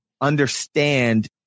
understand